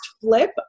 flip